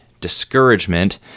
discouragement